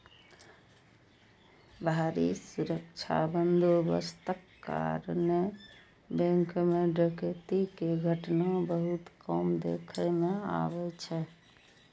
भारी सुरक्षा बंदोबस्तक कारणें बैंक मे डकैती के घटना बहुत कम देखै मे अबै छै